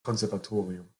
konservatorium